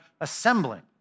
Assembling